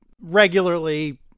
regularly